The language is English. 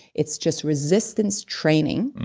it's just resistance training.